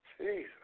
Jesus